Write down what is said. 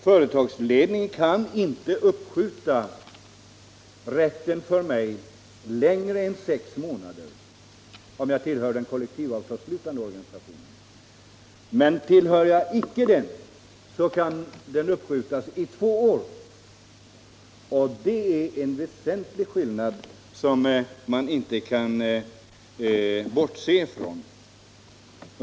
Företagsledningen kan inte uppskjuta förhandlingsrätten för mig längre än sex månader, om jag tillhör den kollektivavtalsslutande organisationen, men tillhör jag icke den organisationen kan rätten uppskjutas i två år. Det är en väsentlig skillnad, som man inte kan bortse från.